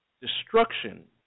Destruction